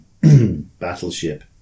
Battleship